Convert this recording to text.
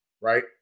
right